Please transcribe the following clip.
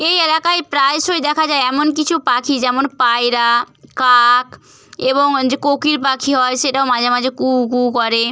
এই এলাকায় প্রায়শই দেখা যায় এমন কিছু পাখি যেমন পায়রা কাক এবং যে কোকিল পাখি হয় সেটাও মাঝে মাঝে কু কু করে